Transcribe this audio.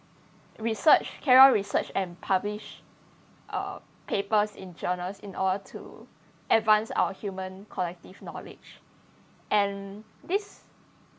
research carry on research and publish uh papers in journals in order to advance our human collective knowledge and this